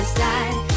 side